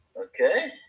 Okay